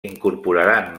incorporaran